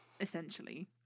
Essentially